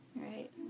Right